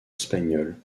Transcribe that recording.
espagnol